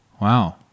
Wow